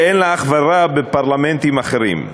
שאין לה אח ורע בפרלמנטים אחרים.